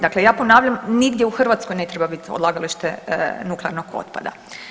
Dakle, ja ponavljam, nigdje u Hrvatskoj ne treba biti odlagalište nuklearnog otpada.